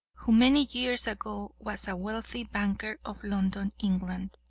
who many years ago was a wealthy banker of london, england.